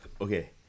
Okay